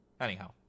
Anyhow